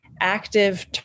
active